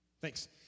Thanks